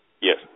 Yes